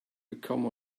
become